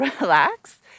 relax